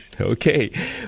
Okay